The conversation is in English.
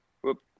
whoop